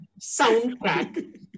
soundtrack